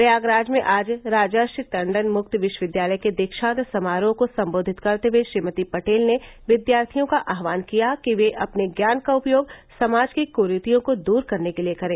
प्रयागराज में आज राजर्षि टण्डन मुक्त विश्वविद्यालय के दीक्षान्त समारोह को संबोधित करते हुए श्रीमती पटेल ने विद्यार्थियों का आह्वान किया कि वे अपने ज्ञान का उपयोग समाज की कुरीतियों को दूर करने के लिए करें